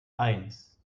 eins